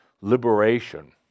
liberation